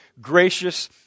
gracious